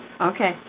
Okay